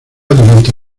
durante